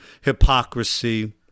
hypocrisy